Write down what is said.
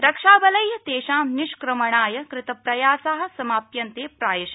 रक्षाबलै तेषाम् निष्क्रमणाय कृतप्रयासा समाप्यन्ते प्रायश